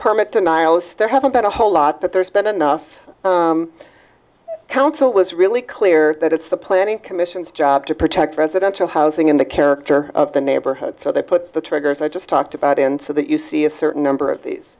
permit to niles there haven't been a whole lot but there's been enough council was really clear that it's the planning commission's job to protect residential housing in the character of the neighborhood so they put the triggers i just talked about and so that you see a certain number of these